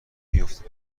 میفته